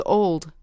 old